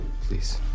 Please